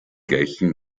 gleichen